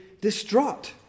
distraught